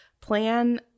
plan